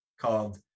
called